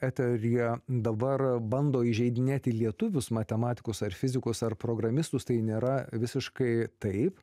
eteryje dabar bando įžeidinėti lietuvius matematikus ar fizikus ar programistus tai nėra visiškai taip